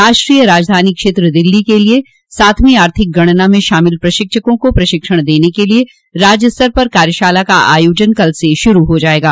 राष्ट्रीय राजधानी क्षेत्र दिल्ली के लिए सातवीं आर्थिक गणना में शामिल प्रशिक्षकों को प्रशिक्षण देने के लिए राज्य स्तर पर कार्यशाला का आयोजन कल से शुरू हो जाएगा